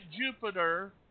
Jupiter